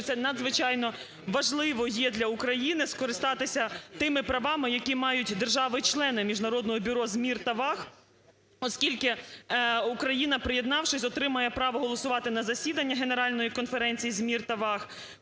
це надзвичайно важливо є для України скористатися тими правами, які мають держави-члени Міжнародного бюро з мір та ваг, оскільки Україна, приєднавшись, отримає право голосувати на засіданні Генеральної конференції з мір та ваг,